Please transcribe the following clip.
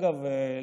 אגב,